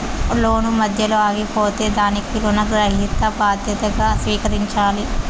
లోను మధ్యలో ఆగిపోతే దానికి రుణగ్రహీత బాధ్యతగా స్వీకరించాలి